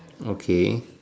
okay